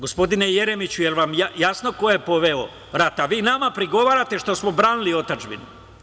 Gospodine Jeremiću, jel vam jasno ko je poveo rat, a vi nama prigovarate što smo branili otadžbinu.